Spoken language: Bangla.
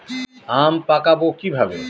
আম পাকাবো কিভাবে?